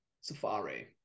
Safari